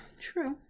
True